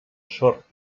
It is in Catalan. sort